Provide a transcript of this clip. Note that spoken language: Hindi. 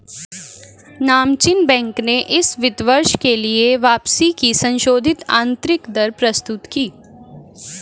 नामचीन बैंक ने इस वित्त वर्ष के लिए वापसी की संशोधित आंतरिक दर प्रस्तुत की